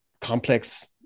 complex